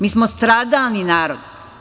Mi smo stradalni narod.